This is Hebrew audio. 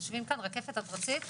כל הכבוד לכל הגורמים.